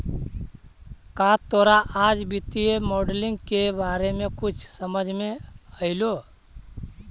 का तोरा आज वित्तीय मॉडलिंग के बारे में कुछ समझ मे अयलो?